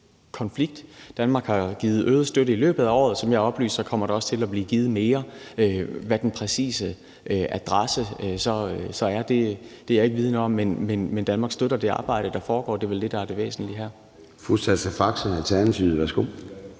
Danmark har givet øget støtte i løbet af året, og som jeg har oplyst, kommer der også til at blive givet mere. Hvad den præcise adresse så er, er jeg ikke vidende om, men Danmark støtter det arbejde, der foregår, og det er vel det, der er det væsentlige her. Kl. 23:15 Formanden (Søren Gade): Fru